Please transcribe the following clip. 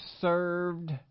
served